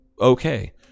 okay